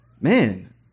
man